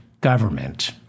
government